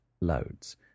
loads